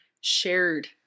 shared